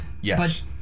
Yes